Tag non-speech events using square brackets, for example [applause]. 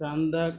[unintelligible]